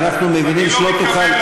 אנחנו מבינים שלא תוכל,